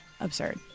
absurd